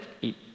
eat